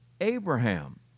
Abraham